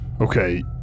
okay